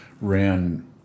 ran